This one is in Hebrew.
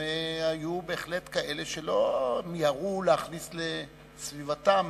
היו כאלה שלא מיהרו להכניס לסביבתם